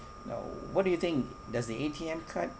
now what do you think does the A_T_M card